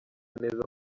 neza